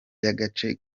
y’agace